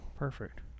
Perfect